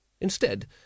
Instead